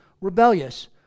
rebellious